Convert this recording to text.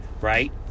right